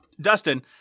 Dustin